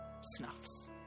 Snuffs